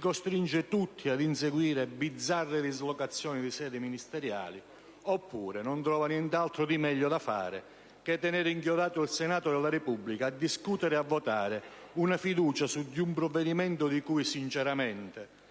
costringe tutti ad inseguire bizzarre dislocazioni di sedi ministeriali, oppure non trova altro di meglio da fare che tenere inchiodato il Senato della Repubblica a discutere e a votare una fiducia su di un provvedimento di cui, sinceramente,